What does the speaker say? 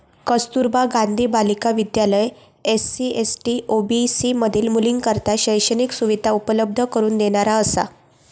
Kasturba Gandhi Balika Vidyalaya SC, ST, OBC मधील मुलींकरता शैक्षणिक सुविधा उपलब्ध करून देणारा असा